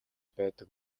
байдаг